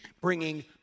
bringing